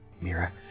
Mira